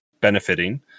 benefiting